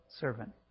servant